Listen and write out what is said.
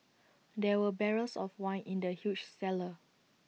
there were barrels of wine in the huge cellar